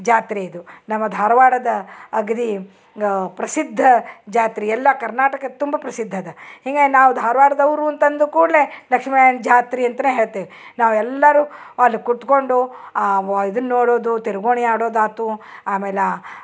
ಜಾತ್ರೆ ಇದು ನಮ್ಮ ಧಾರವಾಡದ ಅಗ್ದಿ ಪ್ರಸಿದ್ಧ ಜಾತ್ರೆ ಎಲ್ಲಾ ಕರ್ನಾಟಕದ ತುಂಬ ಪ್ರಸಿದ್ಧ ಅದ ಹಿಂಗಾಯ್ ನಾವು ಧಾರವಾಡದವರು ಅಂಥದು ಕೂಡಲೆ ಲಕ್ಷ್ಮೀ ನಾರಾಯಣ ಜಾತ್ರೆ ಅಂತನೆ ಹೇಳ್ತೇವೆ ನಾವೆಲ್ಲರು ಅಲ್ಲಿ ಕುತ್ಕೊಂಡು ವ ಇದನ್ನ ನೋಡೋದು ತಿರ್ಗೋಣಿ ಆಡೋದಾತು ಆಮೇಲೆ ಆ